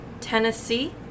tennessee